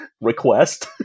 request